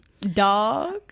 dog